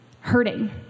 hurting